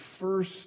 first